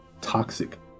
toxic